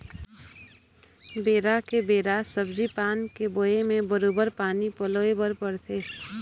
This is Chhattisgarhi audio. बेरा के बेरा सब्जी पान के बोए म बरोबर पानी पलोय बर परथे